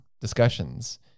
discussions